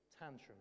tantrum